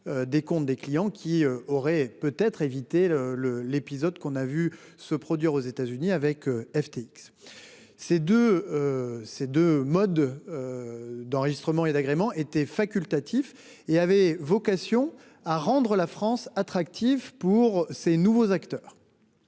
Des comptes des clients qui aurait peut être évité le le l'épisode qu'on a vu se produire aux États-Unis avec FTX. C'est de. Ces 2 modes. D'enregistrement et d'agrément était facultatif et avait vocation à rendre la France attractive pour ces nouveaux acteurs.